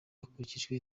hakurikijwe